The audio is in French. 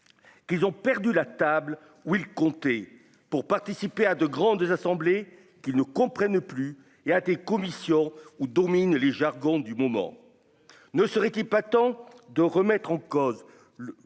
qu'ils ont perdu la table Will compter pour participer à de grands des assemblées qui ne comprennent plus et à des commissions où dominent les jargons du moment ne serait il pas temps de remettre en cause